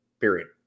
Period